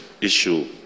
issue